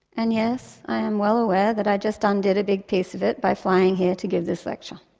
and yes, i am well aware that i just undid a big piece of it by flying here to give this lecture.